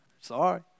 Sorry